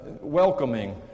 welcoming